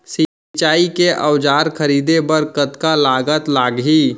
सिंचाई के औजार खरीदे बर कतका लागत लागही?